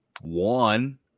one